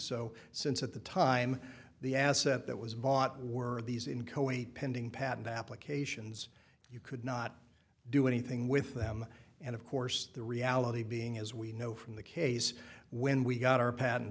so since at the time the asset that was bought were these in co a pending patent applications you could not do anything with them and of course the reality being as we know from the case when we got our pa